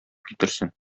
китерсен